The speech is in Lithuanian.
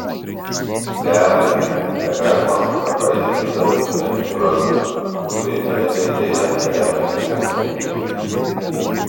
be abejo negalime nepaisyti dabartinės tikrovės kuri neretai deja remiasi vien šūkiais